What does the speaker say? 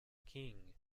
king